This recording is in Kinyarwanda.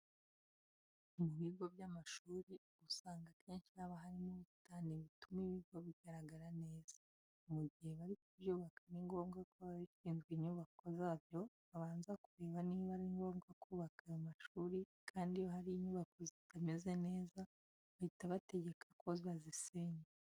Mu bigo by'amashuri usanga akenshi haba harimo ubusitani butuma ibi bigo bigaragara neza. Mu gihe bari kubyubaka ni ngombwa ko abashinzwe inyubako zabyo babanza kureba niba ari ngombwa kubaka ayo mashuri kandi iyo hari inyubako zitameze neza, bahita bategeka ko bazisenya.